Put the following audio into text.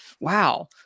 wow